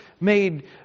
made